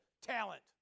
talent